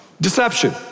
Deception